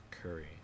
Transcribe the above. curry